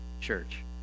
church